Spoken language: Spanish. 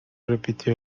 repitió